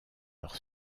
leur